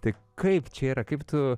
tai kaip čia yra kaip tu